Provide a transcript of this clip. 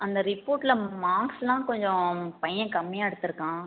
அந்த ரிப்போர்ட்டில் மார்க்ஸ்லாம் கொஞ்சம் பையன் கம்மியாக எடுத்துருக்கான்